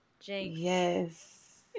yes